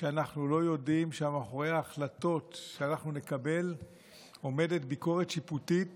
כשאנחנו לא יודעים שמאחורי ההחלטות שנקבל עומדת ביקורת שיפוטית